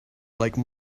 like